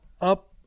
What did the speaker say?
up